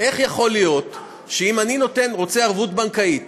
איך יכול להיות שאם אני רוצה ערבות בנקאית